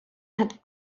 had